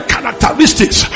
characteristics